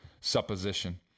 supposition